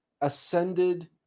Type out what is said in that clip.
Ascended